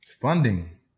funding